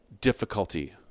difficulty